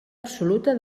absoluta